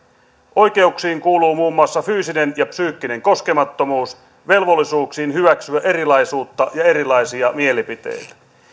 oikeuksiin kuuluu muun muassa fyysinen ja psyykkinen koskemattomuus velvollisuuksiin hyväksyä erilaisuutta ja erilaisia mielipiteitä